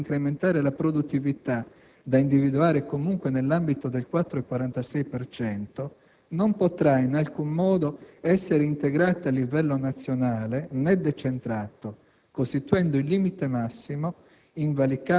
Pertanto, la percentuale di risorse destinate ad incrementare la produttività, da individuare comunque nell'ambito del 4,46 per cento, non potrà in alcun modo essere integrata a livello nazionale né decentrato,